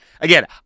again